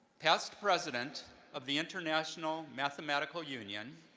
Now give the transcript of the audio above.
past president of the international mathematical union,